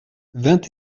vingt